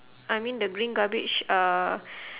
I mean the green garbage uh